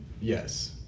yes